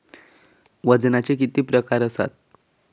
वजनाचे किती प्रकार आसत?